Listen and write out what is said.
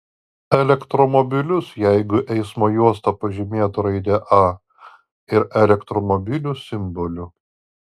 elektromobilius jeigu eismo juosta pažymėta raide a ir elektromobilių simboliu